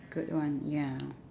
good [one] ya